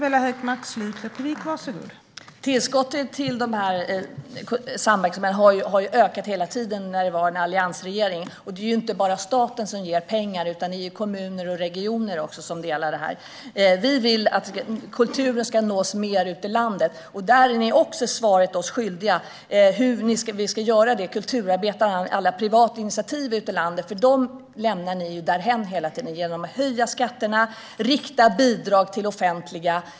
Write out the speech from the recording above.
Fru talman! Tillskottet till samverkansmodellen ökade hela tiden när det var en alliansregering, och det är ju inte bara staten som ger pengar utan även kommuner och regioner. Vi vill att kulturen ska nå ut mer i landet, och även där är ni oss svaret skyldiga när det gäller hur vi ska göra det. Ni lämnar hela tiden kulturarbetarna och alla privata initiativ ute i landet därhän genom att höja skatterna och rikta bidrag till det offentliga.